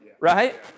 right